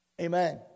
Amen